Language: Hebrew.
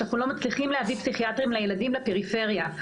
שאנחנו לא מצליחים להביא פסיכיאטרים לילדים בפריפריה.